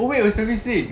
oh wait it was primary six